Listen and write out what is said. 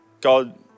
God